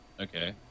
Okay